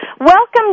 Welcome